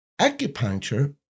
acupuncture